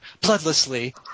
bloodlessly